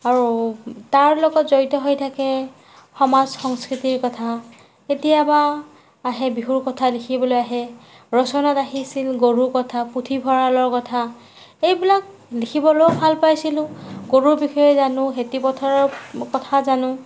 আৰু তাৰ লগত জড়িত হৈ থাকে সমাজ সংস্কৃতিৰ কথা কেতিয়াবা আহে বিহুৰ কথা লিখিবলৈ আহে ৰচনাত আহিছিল গৰুৰ কথা পুথিভঁৰালৰ কথা এইবিলাক লিখিবলৈও ভাল পাইছিলোঁ গৰুৰ বিষয়ে জানো খেতি পথাৰৰ কথা জানো